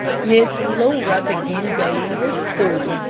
miss laura began going to school,